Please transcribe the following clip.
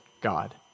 God